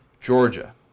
Georgia